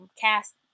cast